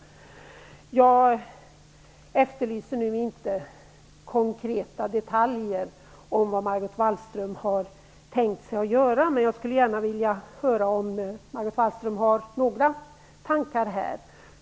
Jag efterlyser nu inga konkreta detaljer när det gäller vad Margot Wallström har tänkt sig att göra, men jag skulle gärna vilja höra om Margot Wallström har några tankar i frågan.